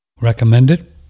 recommended